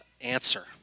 answer